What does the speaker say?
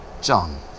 John